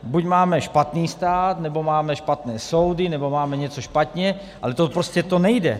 Buď máme špatný stát, nebo máme špatné soudy, nebo máme něco špatně, ale to prostě nejde.